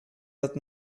that